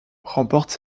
remporte